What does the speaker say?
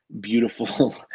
beautiful